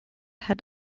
hat